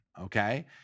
Okay